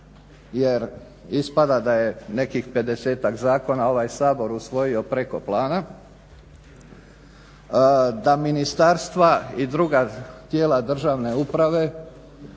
jer ispada da je nekih pedesetak zakona ovaj Sabor usvojio preko plana. Da ministarstva i druga tijela državne uprave